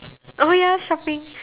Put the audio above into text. oh ya shopping